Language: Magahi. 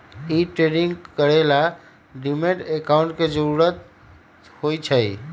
डे ट्रेडिंग करे ला डीमैट अकांउट के जरूरत होई छई